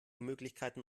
möglichkeiten